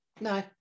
No